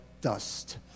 dust